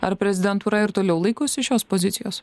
ar prezidentūra ir toliau laikosi šios pozicijos